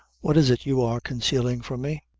what is it you are concealing from me?